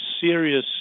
serious